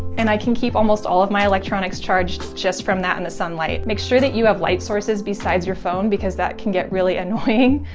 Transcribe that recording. and i can keep almost all of my electronics charged just from that in the sunlight. make sure that you have light sources besides your phone because that can get really annoying.